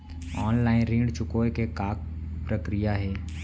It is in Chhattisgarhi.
ऑनलाइन ऋण चुकोय के का प्रक्रिया हे?